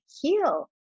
heal